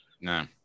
No